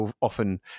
often